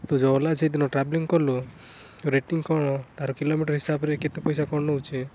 ତୁ ଯେଉଁ ଓଲା ସେଇଦିନ ଟ୍ରାଭେଲିଂ କଲୁ ରେଟିଂ କ'ଣ ତା'ର କିଲୋମିଟର ହିସାବରେ କେତେ ପଇସା କ'ଣ ନେଉଛି